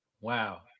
Wow